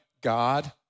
God